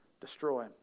destroy